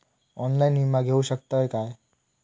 Online विमा घेऊ शकतय का?